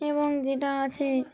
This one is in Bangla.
এবং যেটা আছে